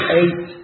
eight